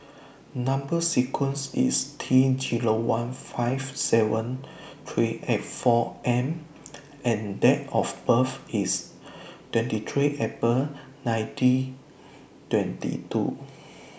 Number sequence IS T Zero one five seven three eight four M and Date of birth IS twenty three April nineteen twenty two